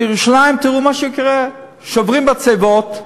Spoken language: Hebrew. בירושלים תראו מה שקורה: שוברים מצבות,